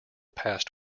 past